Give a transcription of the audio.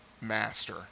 master